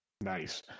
Nice